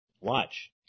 Watch